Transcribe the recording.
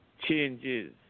changes